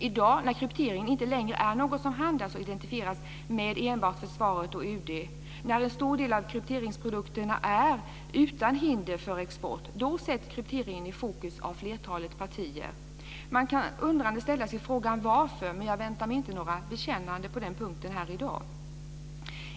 I dag är inte kryptering längre något som handhas av och identifieras med enbart försvaret och UD. En stor del av krypteringsprodukterna är utan hinder för export. Då sätts krypteringen i fokus av flertalet partier. Man kan undrande ställa sig frågan varför, men jag väntar mig inte några bekännelser på den punkten här i dag.